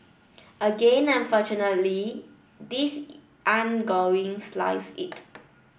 again unfortunately this ain't going slice it